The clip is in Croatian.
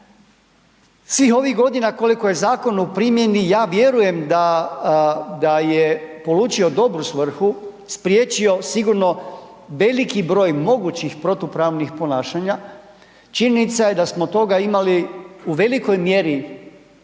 Svih ovih godina koliko je zakon u primjeni, ja vjerujem da je polučio dobru svrhu, spriječio sigurno veliki broj mogućih protupravnih ponašanja, činjenica je da smo toga imali u velikoj mjeri